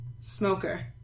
Smoker